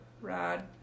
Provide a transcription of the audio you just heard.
Rod